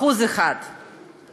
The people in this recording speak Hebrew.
1%;